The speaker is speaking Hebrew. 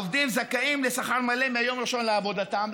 העובדים זכאים לשכר מלא מהיום הראשון לעבודתם,